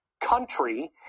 country